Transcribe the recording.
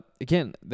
again